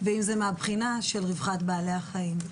ואם זה מהבחינה של רווחת בעלי החיים.